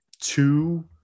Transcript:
two